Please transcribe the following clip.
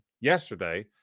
yesterday